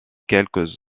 quelques